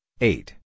eight